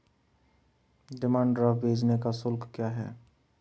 Demand draft भेजने का शुल्क क्या है?